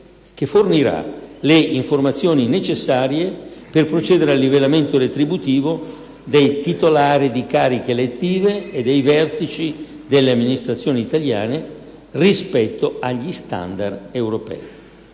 che fornirà le informazioni necessarie per procedere al livellamento retributivo dei titolari di cariche elettive e dei vertici delle Amministrazioni italiane rispetto agli standard europei.